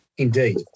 Indeed